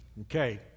Okay